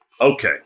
Okay